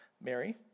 Mary